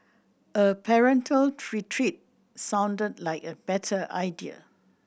a parental sounded like a better idea